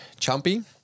Chumpy